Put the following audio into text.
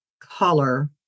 color